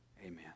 amen